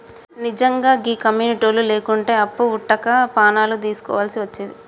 నిజ్జంగా గీ కమ్యునిటోళ్లు లేకుంటే అప్పు వుట్టక పానాలు దీస్కోవల్సి వచ్చేది